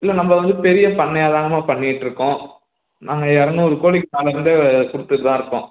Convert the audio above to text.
இல்லை நம்ம வந்து பெரிய பண்ணையா தாங்கம்மா பண்ணிகிட்ருக்கோம் நாங்கள் இரநூறு கோழிக்கு மேலே வந்து கொடுத்துட்டு தான் இருக்கோம்